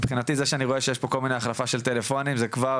מבחינתי זה שאני רואה שיש פה כל מיני החלפה של טלפונים זה כבר,